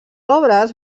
obres